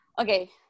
okay